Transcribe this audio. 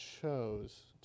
chose